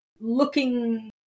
looking